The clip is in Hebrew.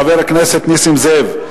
חבר הכנסת נסים זאב,